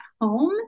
home